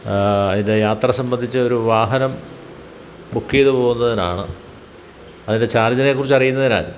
അതിൻ്റെ യാത്ര സംബന്ധിച്ച ഒരു വാഹനം ബുക്ക് ചെയ്ത് പോകുന്നതിനാണ് അതിൻ്റെ ചാർജിനെ കുറിച്ച് അറിയുന്നതിനാൽ